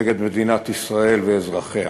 נגד מדינת ישראל ואזרחיה.